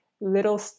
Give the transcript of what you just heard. little